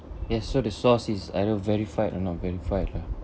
yes so the source is either verified or not verified lah